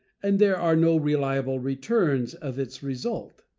and there are no reliable returns of its result.